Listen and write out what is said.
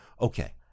Okay